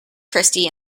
christi